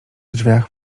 drzwiach